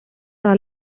all